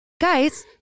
guys